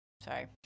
sorry